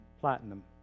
platinum